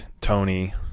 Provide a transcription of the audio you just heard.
Tony